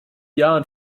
jahren